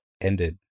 ended